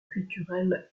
culturel